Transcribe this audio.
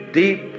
deep